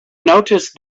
noticed